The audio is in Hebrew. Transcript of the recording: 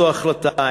איזו החלטה,